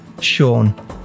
Sean